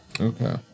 Okay